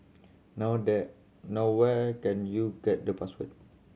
now there now where can you get the password